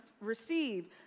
receive